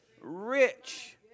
Rich